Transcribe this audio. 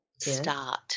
Start